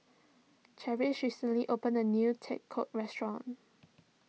Charisse recently opened a new Tacos restaurant